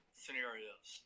scenarios